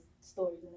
stories